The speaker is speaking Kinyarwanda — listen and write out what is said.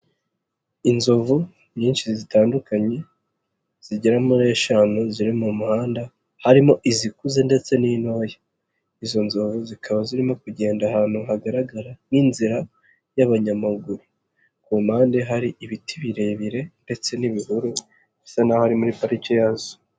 Inzovu nyinshi zitandukanye zigera muri eshanu ziri mu muhanda harimo izikuze ndetse n'intoya, izo nzovu zikaba zirimo kugenda ahantu hagaragara nk'inzira y'abanyamaguru, ku mpande hari ibiti birebire ndetse n'ibihuru bisa naho ari muri parike yazo.